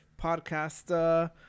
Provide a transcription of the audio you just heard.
podcast